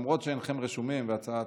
למרות שאינכם רשומים להצעת,